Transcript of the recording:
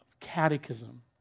catechism